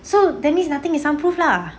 so that means nothing is sound proof lah